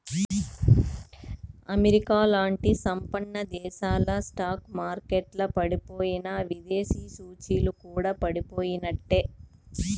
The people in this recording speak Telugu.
అమెరికాలాంటి సంపన్నదేశాల స్టాక్ మార్కెట్లల పడిపోయెనా, దేశీయ సూచీలు కూడా పడిపోయినట్లే